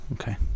okay